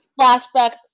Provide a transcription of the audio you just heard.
flashbacks